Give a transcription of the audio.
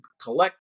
collect